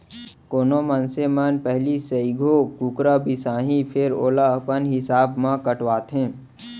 कोनो मनसे मन पहिली सइघो कुकरा बिसाहीं फेर ओला अपन हिसाब म कटवाथें